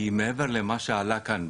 היא מעבר למה שעלה כאן,